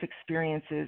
experiences